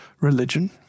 religion